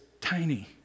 tiny